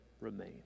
remain